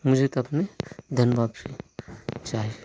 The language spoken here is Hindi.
मुझे तो अपने धन वापसी चाहिए